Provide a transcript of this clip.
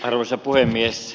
arvoisa puhemies